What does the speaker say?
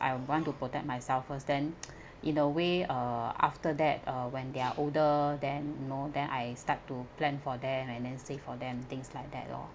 I want to protect myself first then in a way uh after that uh when they are older then you know then I start to plan for them and then save for them things like that lor